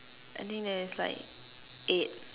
I think there's like eight